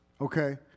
okay